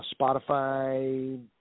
Spotify